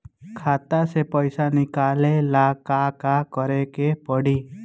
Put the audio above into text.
खाता से पैसा निकाले ला का का करे के पड़ी?